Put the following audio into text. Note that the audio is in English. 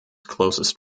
closest